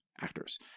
actors